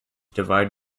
divide